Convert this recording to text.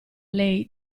lei